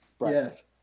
Yes